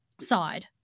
side